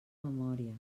memòria